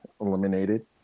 eliminated